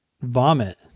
vomit